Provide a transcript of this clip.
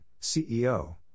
CEO